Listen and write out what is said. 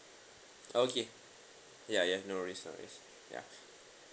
okay ya ya no worries no worries ya